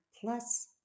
plus